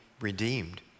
redeemed